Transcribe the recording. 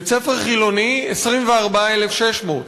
בית-ספר חילוני, 24,600,